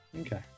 okay